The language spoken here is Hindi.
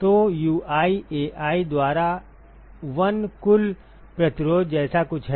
तो UiAi द्वारा 1 कुल प्रतिरोध जैसा कुछ है